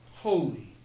Holy